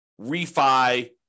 refi